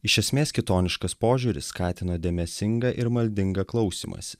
iš esmės kitoniškas požiūris skatino dėmesingą ir maldingą klausymąsi